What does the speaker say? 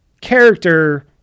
character